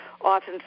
often